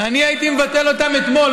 אני הייתי מבטל אותם אתמול,